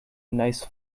nice